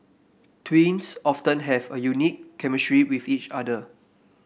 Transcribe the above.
twins often have a unique chemistry with each other